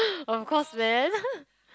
of course man